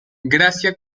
gracia